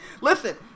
Listen